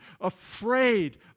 afraid